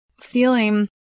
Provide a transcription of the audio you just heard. feeling